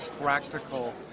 practical